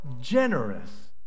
generous